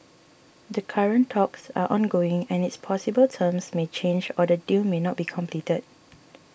the current talks are ongoing and it's possible terms may change or the deal may not be completed